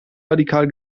radikal